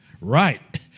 Right